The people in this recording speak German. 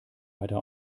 weiter